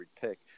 pick